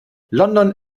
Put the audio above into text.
london